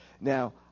Now